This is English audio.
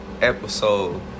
episode